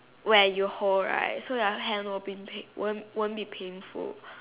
where you hold right so your hand will be won't won't be painful